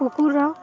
କୁକୁରର